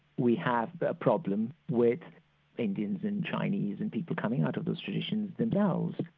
we have a problem with indians and chinese and people coming out of those traditions themselves,